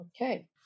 okay